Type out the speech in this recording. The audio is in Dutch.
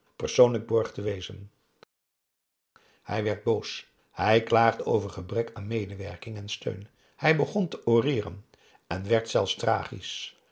persoonlijk borg te wezen hij werd boos hij klaagde over gebrek aan medewerking en steun hij begon te oreeren en werd zelfs tragisch